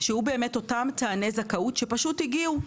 שהוא באמת אותם טועני זכאות שפשוט הגיעו.